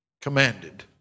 commanded